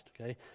okay